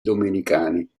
domenicani